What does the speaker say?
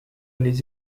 les